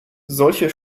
solche